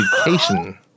education